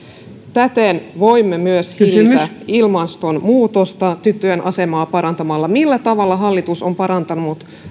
täten voimme myös hillitä ilmastonmuutosta tyttöjen asemaa parantamalla millä tavalla hallitus on parantanut